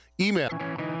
Email